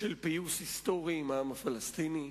של פיוס היסטורי עם העם הפלסטיני,